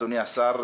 אדוני השר,